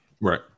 Right